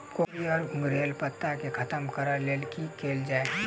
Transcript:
कोकरी वा घुंघरैल पत्ता केँ खत्म कऽर लेल की कैल जाय?